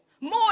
more